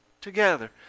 together